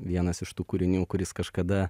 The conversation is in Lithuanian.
vienas iš tų kūrinių kuris kažkada